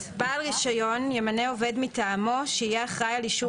(ב) בעל רישיון ימנה עובד מטעמו שיהיה אחראי על אישור